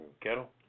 kettle